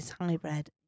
hybrid